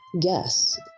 Guess